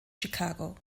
chicago